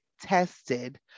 tested